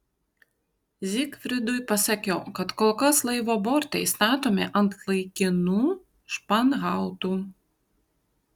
zygfridui pasakiau kad kol kas laivo bortai statomi ant laikinų španhautų